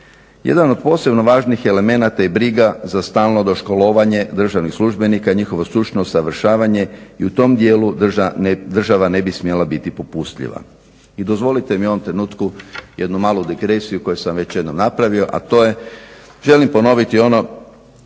Jedan od posebno važnih elemenata je i briga za stalno doškolovanje državnih službenika i njihovo stručno usavršavanje i u tom dijelu država ne bi smjela biti popustljiva. I dozvolite mi u ovom trenutku jednu malu digresiju koju sam već jednom napravio, a to je želim ponoviti što